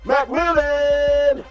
McMillan